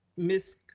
ms.